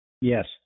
Yes